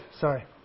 sorry